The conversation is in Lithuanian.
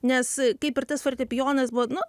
nes kaip ir tas fortepijonas buvo nu